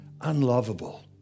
unlovable